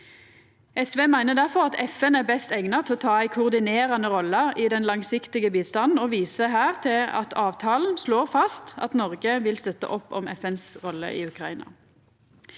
SV meiner difor at FN er best eigna til å ta ei koordinerande rolle i den langsiktige bistanden, og viser her til at avtalen slår fast at Noreg vil støtta opp om FNs rolle i Ukraina.